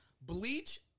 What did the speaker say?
Bleach